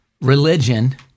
religion